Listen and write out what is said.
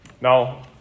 Now